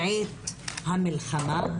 בעת המלחמה,